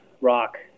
rock